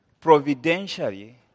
providentially